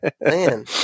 Man